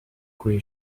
gray